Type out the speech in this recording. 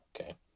okay